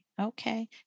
Okay